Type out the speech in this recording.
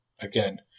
again